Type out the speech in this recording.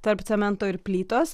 tarp cemento ir plytos